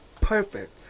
perfect